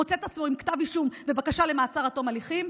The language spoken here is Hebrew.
מוצא את עצמו עם כתב אישום ובקשה למעצר עד תום הליכים,